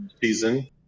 season